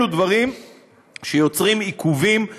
אלה דברים שיוצרים עיכובים מיותרים.